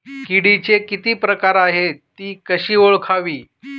किडीचे किती प्रकार आहेत? ति कशी ओळखावी?